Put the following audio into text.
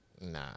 Nah